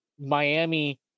Miami